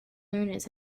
learners